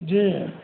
जी